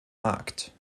markt